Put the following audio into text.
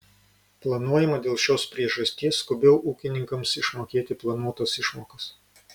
planuojama dėl šios priežasties skubiau ūkininkams išmokėti planuotas išmokas